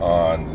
on